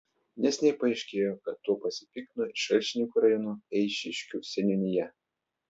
neseniai paaiškėjo kad tuo pasipiktino ir šalčininkų rajono eišiškių seniūnija